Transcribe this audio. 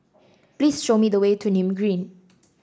please show me the way to Nim Green